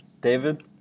David